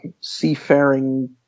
seafaring